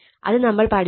അത് നമ്മൾ പഠിച്ചതാണ്